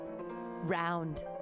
round